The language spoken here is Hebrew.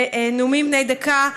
בנאומים בני דקה,